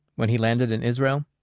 when he landed in israel,